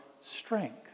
strength